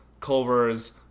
Culver's